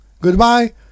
Goodbye